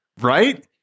Right